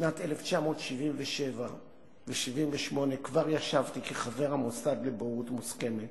ב-1977 ו-1978 כבר ישבתי כחבר המוסד לבוררות מוסכמת